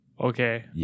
Okay